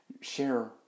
share